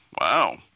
wow